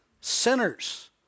Sinners